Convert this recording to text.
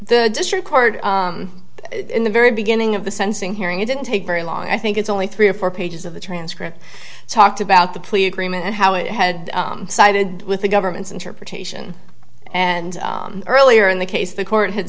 the district court in the very beginning of the sensing hearing it didn't take very long i think it's only three or four pages of the transcript talked about the plea agreement and how it had sided with the government's interpretation and earlier in the case the court had